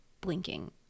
blinking